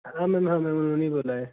हाँ मैम हाँ मैम उन्होंने ही बोला है